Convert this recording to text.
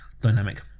dynamic